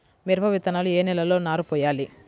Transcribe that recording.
మిరప విత్తనాలు ఏ నెలలో నారు పోయాలి?